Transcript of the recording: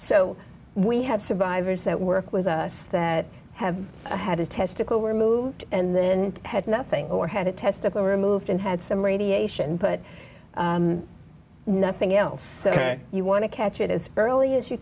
so we have survivors that work with us that have had a testicle removed and then had nothing or had a testicle removed and had some radiation but nothing else so you want to catch it as early as you